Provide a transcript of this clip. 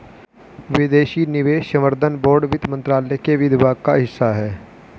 विदेशी निवेश संवर्धन बोर्ड वित्त मंत्रालय के वित्त विभाग का हिस्सा है